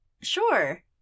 sure